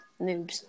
Noobs